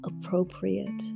appropriate